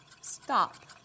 Stop